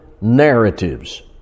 narratives